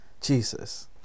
Jesus